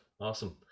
awesome